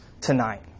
tonight